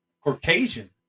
Caucasian